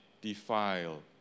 defile